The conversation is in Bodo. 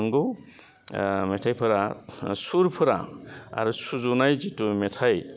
नोंगौ मेथाइफोरा सुरफ्रा आरो सुजुनाय जिथु मेथाइ